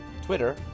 Twitter